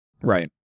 Right